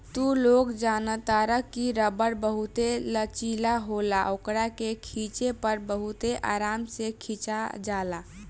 तू लोग जनतार की रबड़ बहुते लचीला होला ओकरा के खिचे पर बहुते आराम से खींचा जाला